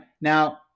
now